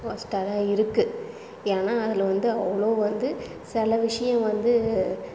ஒர்ஸ்ட்டாக தான் இருக்குது ஏன்னால் அதில் வந்து அவ்வளோ வந்து சில விஷயம் வந்து